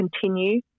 continue